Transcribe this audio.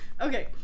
Okay